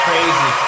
Crazy